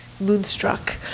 Moonstruck